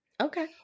okay